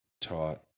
taught